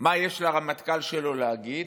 מה יש לרמטכ"ל שלו להגיד,